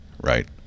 right